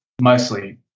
Mostly